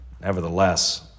Nevertheless